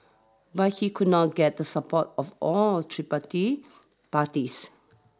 but he could not get the support of all tripartite parties